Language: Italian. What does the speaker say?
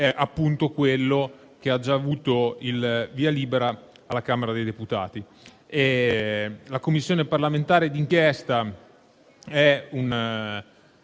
appunto quello che ha già avuto il via libera dalla Camera dei deputati. Tale Commissione parlamentare di inchiesta è